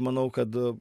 manau kad